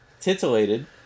titillated